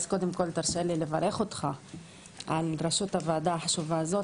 קודם כל תרשה לי לברך אותך על ראשות הוועדה החשובה הזאת,